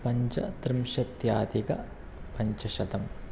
पञ्चत्रिंशत्यधिकपञ्चशतं